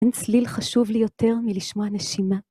אין צליל חשוב לי יותר מלשמוע נשימה.